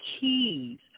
keys